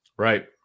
Right